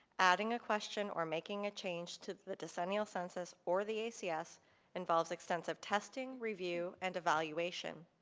adding a question or making a change to the decennial census or the a cs involves extensive testing, review and evaluation.